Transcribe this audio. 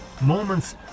moments